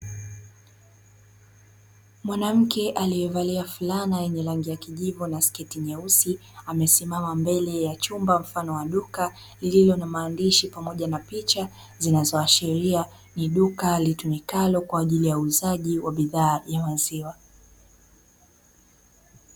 Mwanamke aliyevalia fulana yenye ya rangi ya kijivu na sketi nyeusi, amesimama mbele ya chumba mfano wa duka lililo na maandishi pamoja na picha zinazoashiria ni duka litumikalo kwa ajili ya uuzaji wa bidhaa ya maziwa.